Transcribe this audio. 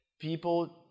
people